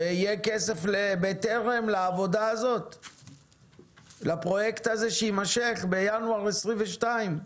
ויהיה כסף לבטרם, לפרויקט הזה שיימשך בינואר 2023?